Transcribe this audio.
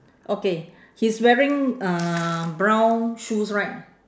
okay he's wearing uh brown shoes right